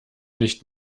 nicht